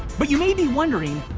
but you may be wondering,